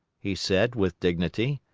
he said, with dignity.